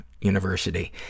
University